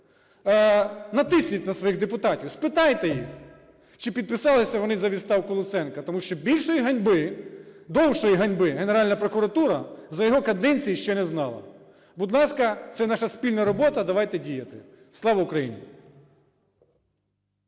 натисніть на своїх депутатів, спитайте їх, чи підписалися вони за відставку Луценка. Тому що більшої ганьби, довшої ганьби Генеральна прокуратура, за його каденції, ще не знала. Будь ласка, це наша спільна робота, давайте діяти. Слава Україні!